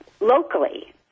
locally